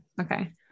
Okay